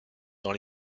dans